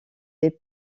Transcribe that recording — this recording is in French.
des